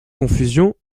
confusion